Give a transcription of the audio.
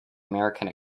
american